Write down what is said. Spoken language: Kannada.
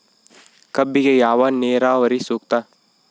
ಕಬ್ಬಿಗೆ ಯಾವ ನೇರಾವರಿ ಸೂಕ್ತ?